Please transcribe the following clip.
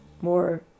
more